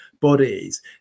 bodies